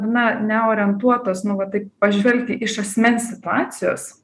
na neorientuotos nu va taip pažvelgti iš asmens situacijos